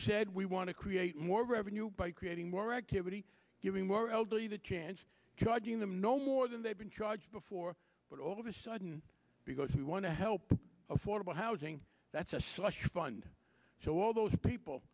said we want to create more revenue by creating more activity giving more elderly the chance charging them no more than they've been charged before but all of a sudden because we want to help affordable housing that's a slush fund so all those people